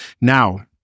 Now